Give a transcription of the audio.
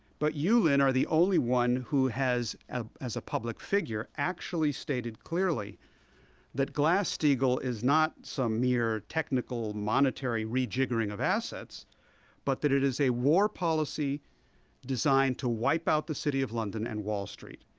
but you, lyn, is the only one, who has, ah as a public figure, actually stated clearly that glass-steagall is not some mere technical, monetary rejiggering of assets but that it is a war policy designed to wipe out the city of london and wall street,